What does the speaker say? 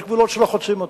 יש גבולות שלא חוצים אותם.